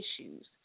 issues